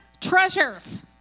treasures